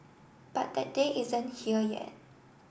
but that day isn't here yet